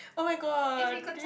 oh my god do you